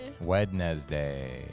Wednesday